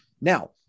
Now